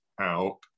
out